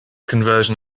conversion